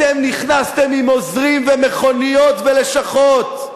אתם נכנסתם עם עוזרים, ומכוניות ולשכות.